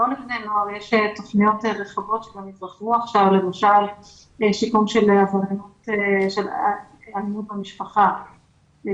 לא לבני נוער יש תוכניות רחבות כמו למשל שיקום בנושא של אלימות במשטרה.